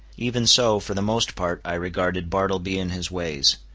even so, for the most part, i regarded bartleby and his ways.